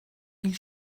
ils